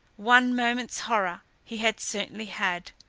one moment's horror he had certainly had.